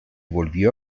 volvió